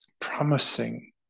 promising